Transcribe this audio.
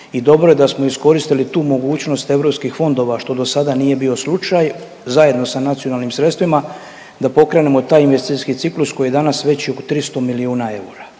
i dobro je da smo iskoristili tu mogućnost europskih fondova što dosada nije bio slučaj zajedno sa nacionalnim sredstvima da pokrenemo taj investicijski ciklus koji je danas već i oko 300 milijuna eura.